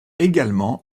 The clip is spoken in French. également